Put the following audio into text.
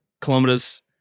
kilometers